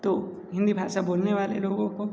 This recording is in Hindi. तो हिंदी भाषा बोलने वाले लोगों को